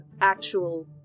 actual